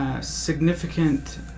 Significant